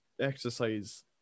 exercise